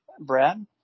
Brad